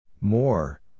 More